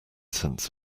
sense